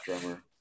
drummer